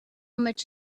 much